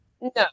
No